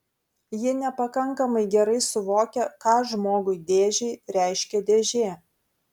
ji nepakankamai gerai suvokia ką žmogui dėžei reiškia dėžė